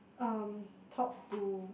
um talk to